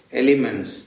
elements